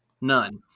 None